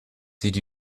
did